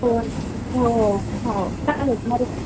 हो हो चालेल मला